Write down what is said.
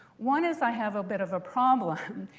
one is i have a bit of a problem.